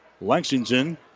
Lexington